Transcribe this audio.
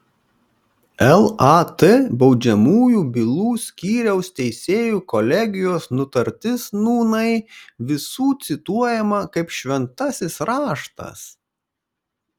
lat baudžiamųjų bylų skyriaus teisėjų kolegijos nutartis nūnai visų cituojama kaip šventasis raštas